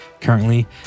currently